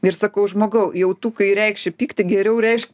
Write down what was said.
ir sakau žmogau jau tu kai reikši pyktį geriau reišk